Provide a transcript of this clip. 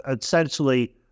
essentially